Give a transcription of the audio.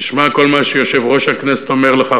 תשמע כל מה שיושב-ראש הכנסת אומר לך,